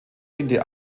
diente